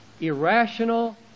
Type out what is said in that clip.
irrational